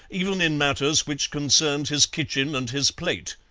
even in matters which concerned his kitchen and his plate.